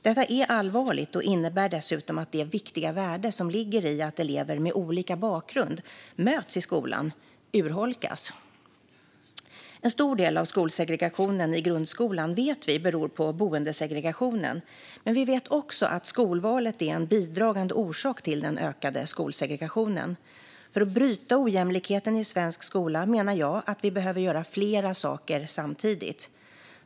Detta är allvarligt och innebär dessutom att det viktiga värde som ligger i att elever med olika bakgrund möts i skolan urholkas. Vi vet att en stor del av skolsegregationen i grundskolan beror på boendesegrationen, men vi vet också att skolvalet är en bidragande orsak till den ökade skolsegregationen. För att bryta ojämlikheten i svensk skola menar jag att vi behöver göra flera saker samtidigt.